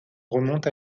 remonte